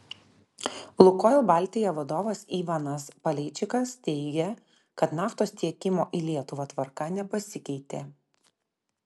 lukoil baltija vadovas ivanas paleičikas teigė kad naftos tiekimo į lietuvą tvarka nepasikeitė